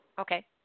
Okay